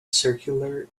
circular